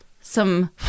some-